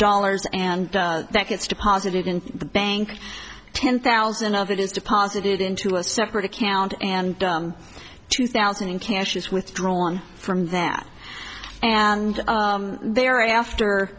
dollars and that gets deposited in the bank ten thousand of it is deposited into a separate account and two thousand in cash is withdrawn from that and thereafter